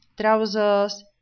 trousers